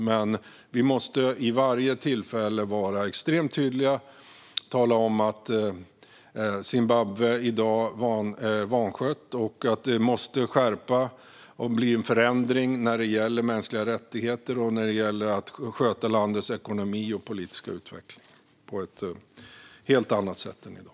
Men vi måste vid varje tillfälle vara extremt tydliga och tala om att Zimbabwe i dag är vanskött och att det måste till en skärpning och en förändring när det gäller mänskliga rättigheter och när det gäller att sköta landets ekonomi och politiska utveckling på ett helt annat sätt än i dag.